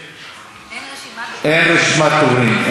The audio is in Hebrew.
אין רשימת דוברים?